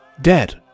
dead